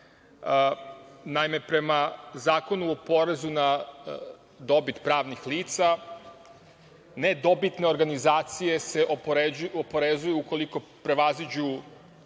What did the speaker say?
Naime, prema Zakonu o porezu na dobit pravnih lica, nedobitne organizacije se oporezuju ukoliko prevaziđu